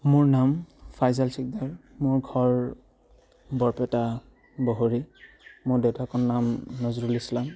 মোৰ নাম ফাইজাল চিগদাৰ মোৰ ঘৰ বৰপেটা বহৰি মোৰ দেউতাৰ নাম নজৰুল ইছলাম